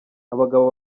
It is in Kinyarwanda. abagabo